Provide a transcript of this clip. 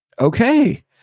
Okay